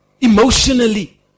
emotionally